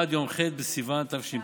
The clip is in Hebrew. עד יום ח' בסיוון התש"ף,